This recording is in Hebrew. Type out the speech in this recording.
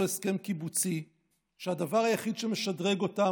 הסכם קיבוצי ושהדבר היחיד שמשדרג אותם,